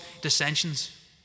dissensions